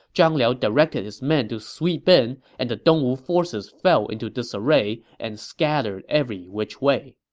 zhang liao directed his men to sweep in, and the dongwu forces fell into disarray and scattered every which way.